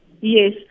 Yes